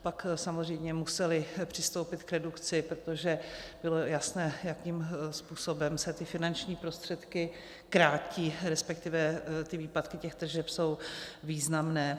Pak samozřejmě musely přistoupit k redukci, protože bylo jasné, jakým způsobem se ty finanční prostředky krátí, respektive ty výpadky tržeb jsou významné.